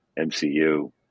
MCU